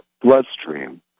bloodstream